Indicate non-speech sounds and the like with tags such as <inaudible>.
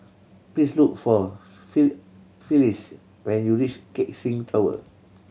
please look for <unintelligible> Phylis when you reach Keck Seng Tower